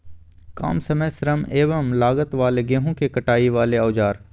काम समय श्रम एवं लागत वाले गेहूं के कटाई वाले औजार?